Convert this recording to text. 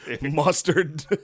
mustard